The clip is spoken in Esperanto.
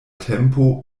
tempo